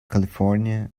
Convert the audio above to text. california